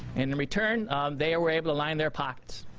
and in return they were able to line their pockets.